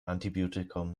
antibiotikum